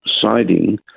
siding